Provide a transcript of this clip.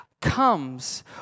comes